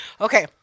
okay